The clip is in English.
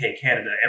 Canada